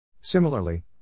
Similarly